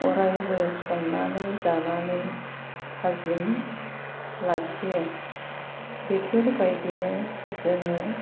अरायबो संनानै जानानै थाजिम लाखियो बेफोरबायदिनो जोङो